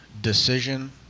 decision